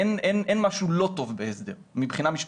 אין משהו לא טוב בהסדר, מבחינה משפטית.